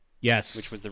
Yes